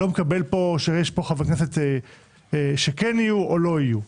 אני לא מקבל את הטענה שיש פה חברי כנסת שכן יהיו או לא יהיו.